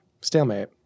Stalemate